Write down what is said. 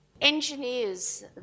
Engineers